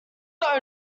got